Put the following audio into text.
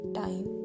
time